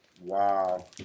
Wow